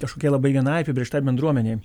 kažkokiai labai vienai apibrėžtai bendruomenei